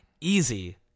easy